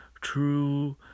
true